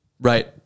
right